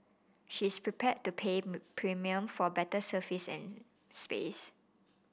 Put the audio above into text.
she is prepared to pay a premium for better service and space